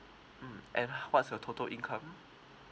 mm and h~ what's your total income